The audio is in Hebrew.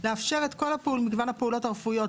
לאפשר את כל מגוון הפעולות הרפואיות,